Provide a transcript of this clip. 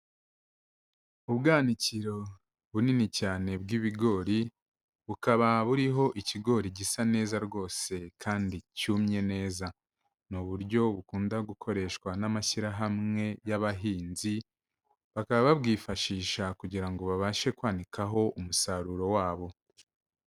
Ubwanakiro bunini cyane bw'ibigori, bukaba buriho ikigori gisa neza rwose kandi cyumye neza, ni uburyo bukunda gukoreshwa n'amashyirahamwe y'abahinzi, bakaba babwifashisha kugira ngo babashe kwanikaho umusaruro wabo.